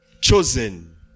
Chosen